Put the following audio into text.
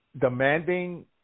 demanding